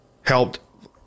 helped